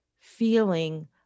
feeling